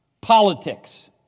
politics